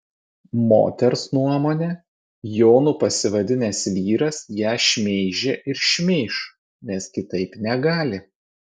moters nuomone jonu pasivadinęs vyras ją šmeižė ir šmeiš nes kitaip negali